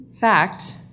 fact